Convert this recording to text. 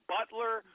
Butler